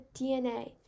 DNA